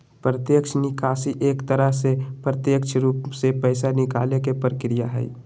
प्रत्यक्ष निकासी एक तरह से प्रत्यक्ष रूप से पैसा निकाले के प्रक्रिया हई